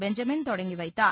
Benjamin தொடங்கி வைத்தார்